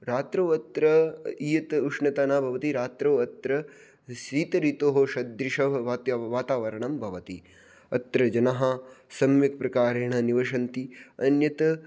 रात्रौ अत्र इयत् उष्णता न भवति रात्रौ अत्र शीत ऋतोः सदृशः वाताय् वातावरणं भवति अत्र जनाः सम्यक्प्रकारेण निवसन्ति अन्यत्